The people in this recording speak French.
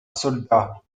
soldats